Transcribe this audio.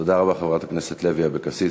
תודה רבה, חברת הכנסת לוי אבקסיס.